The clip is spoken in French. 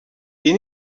est